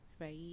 right